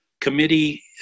committee